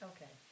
Okay